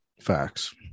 Facts